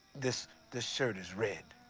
this this shirt is red,